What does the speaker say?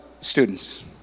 Students